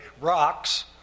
rocks